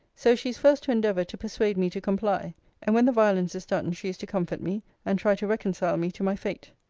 so she is first to endeavour to persuade me to comply and, when the violence is done, she is to comfort me, and try to reconcile me to my fate.